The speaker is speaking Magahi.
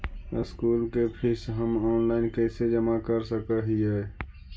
स्कूल के फीस हम ऑनलाइन कैसे जमा कर सक हिय?